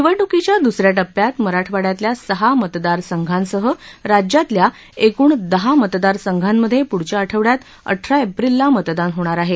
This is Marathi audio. निवडणुकीच्या दुसऱ्या टप्प्यात मराठवाड्यातल्या सहा मतदार संघांसह राज्यातल्या एकूण दहा मतदार संघांमध्ये पुढच्या आठवड्यात अठरा एप्रिलला मतदान होणार आहे